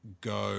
go